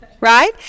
right